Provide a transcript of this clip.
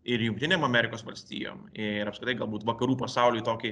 ir jungtinėm amerikos valstijom ir apskritai galbūt vakarų pasauliui tokį